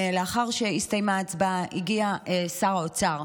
לאחר שהסתיימה ההצבעה, הגיע שר האוצר.